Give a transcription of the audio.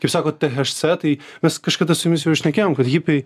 kaip sakot thc tai mes kažkada su jumis jau šnekėjom kad hipiai